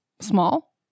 small